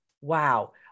wow